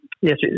yes